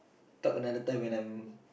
talk another time when I'm